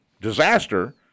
disaster